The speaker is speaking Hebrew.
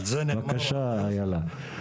בבקשה אילה.